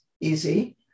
easy